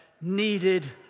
needed